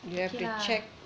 okay lah